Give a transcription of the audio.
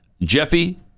jeffy